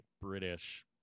British